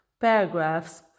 paragraphs